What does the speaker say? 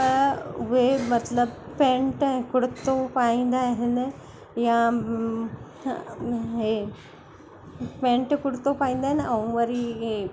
त उहे मतिलबु पैंट ऐं कुर्तो पाईंदा आहिनि या इहो पैंट कुर्तो पाईंदा आहिनि ऐं वरी इहो